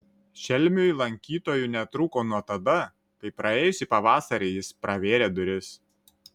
šelmiui lankytojų netrūko nuo tada kai praėjusį pavasarį jis pravėrė duris